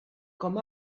com